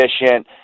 efficient